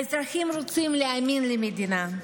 האזרחים רוצים להאמין למדינה,